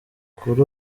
kuri